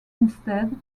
instead